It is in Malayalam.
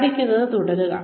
പഠിക്കുന്നത് തുടരുക